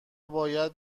باید